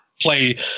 play